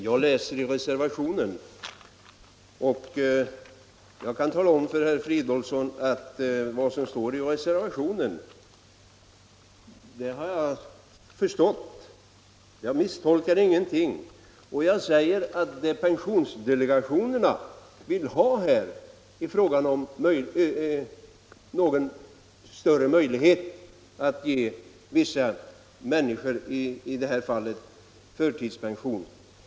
Herr talman! Jag kan tala om för herr Fridolfsson att vad som står i reservationen har jag förstått. Jag misstolkar ingenting. Jag säger att det pensionsdelegationerna vill ha är större möjlighet att ge vissa människor förtidspension.